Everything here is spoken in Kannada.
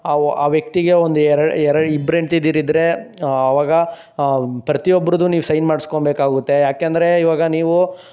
ಆವ ಆ ವ್ಯಕ್ತಿಗೆ ಒಂದು ಎರಡು ಇಬ್ರು ಹೆಂಡತಿ ಇದ್ದಿದ್ದಿದ್ರೆ ಆವಾಗ ಪ್ರತಿಯೊಬ್ರದ್ದು ನೀವು ಸೈನ್ ಮಾಡಿಸ್ಕೊಳ್ಬೇಕಾಗುತ್ತೆ ಯಾಕೆಂದ್ರೆ ಇವಾಗ ನೀವು